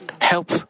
help